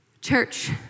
Church